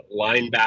linebacker